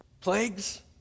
Plagues